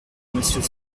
monsieur